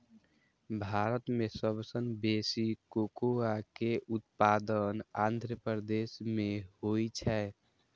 भारत मे सबसं बेसी कोकोआ के उत्पादन आंध्र प्रदेश मे होइ छै